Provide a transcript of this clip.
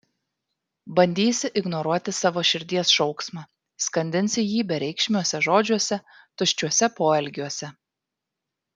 bandysi ignoruoti savo širdies šauksmą skandinsi jį bereikšmiuose žodžiuose tuščiuose poelgiuose